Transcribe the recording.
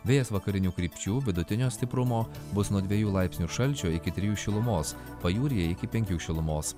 vėjas vakarinių krypčių vidutinio stiprumo bus nuo dviejų laipsnių šalčio iki trijų šilumos pajūryje iki penkių šilumos